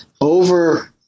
over